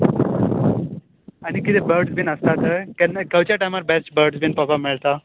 आनीक कितें बर्डस बीन आसतात थंय खंय खंयच्या टायमार बर्डस बीन पळोवपाक मेळटा